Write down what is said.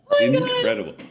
incredible